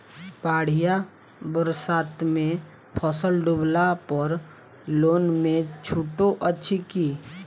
बाढ़ि बरसातमे फसल डुबला पर लोनमे छुटो अछि की